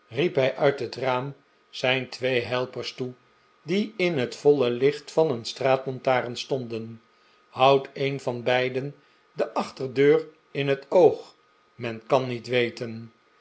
riep hij uit het raam zijn twee helpers toe die in het voile licht van een straatlantaam stonden houdt een van beiden de achterdeur in het oog men kan niet weten